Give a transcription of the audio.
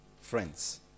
friends